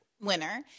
winner